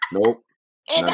Nope